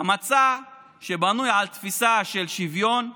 מצע שבנוי על תפיסה של שוויון,